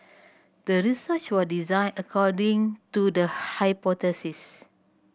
the research was designed according to the hypothesis